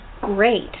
great